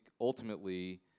ultimately